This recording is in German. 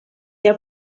der